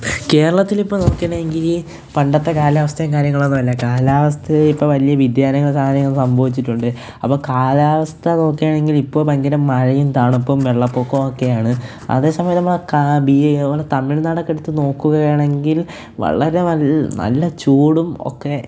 കേരളത്തിൽ ഇപ്പോള് നോക്കേണെങ്കില് പണ്ടത്തെ കാലാവസ്ഥയും കാര്യങ്ങളൊന്നുമല്ല കാലാവസ്ഥയിൽ ഇപ്പോള് വലിയ വ്യതിയാനങ്ങളും കാര്യങ്ങളും സംഭവിച്ചിട്ടുണ്ട് അപ്പോള് കാലാവസ്ഥ നോക്കേണെങ്കില് ഇപ്പോള് ഭയങ്കര മഴയും തണുപ്പും വെള്ളപ്പൊക്കവും ഒക്കെയാണ് അതേസമയം നമ്മുടെ തമിഴ്നാടൊക്കെ എടുത്തു നോക്കുകയാണെങ്കിൽ വളരെ നല്ല നല്ല ചൂടും ഒക്കെ